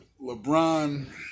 LeBron